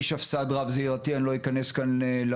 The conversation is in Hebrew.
הפרות סדר רב סביבתיות: אני לא אכנס כאן לעומק,